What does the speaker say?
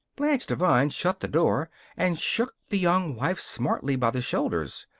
blanche devine shut the door and shook the young wife smartly by the shoulders.